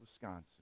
Wisconsin